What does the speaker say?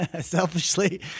selfishly